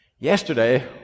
Yesterday